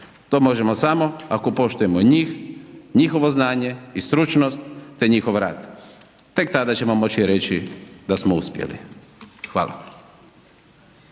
To možemo samo ako poštujemo njih, njihovo znanje i stručnost te njihov rad, tek tada ćemo moći reći da smo uspjeli. Hvala.